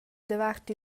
davart